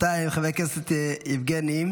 בינתיים, חבר הכנסת יבגני,